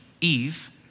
Eve